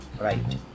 right